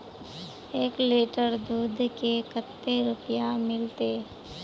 एक लीटर दूध के कते रुपया मिलते?